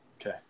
Okay